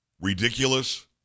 ridiculous